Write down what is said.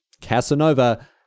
Casanova